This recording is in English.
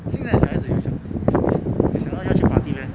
现在小孩子有想 有想要去 party meh